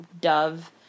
Dove